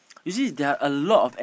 you see there are a lot of a~